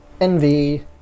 Envy